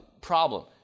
problem